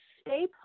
stay